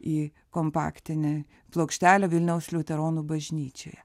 į kompaktinę plokštelę vilniaus liuteronų bažnyčioje